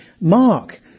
Mark